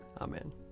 Amen